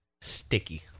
Sticky